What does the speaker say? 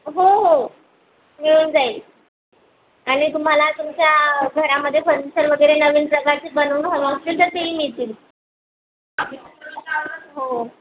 हो हो मिळून जाईल आणि तुम्हाला तुमच्या घरामध्ये फर्निचर वगैरे नवीन प्रकारचे बनवून हवं असतील तर तीही मिळतील हो